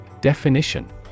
Definition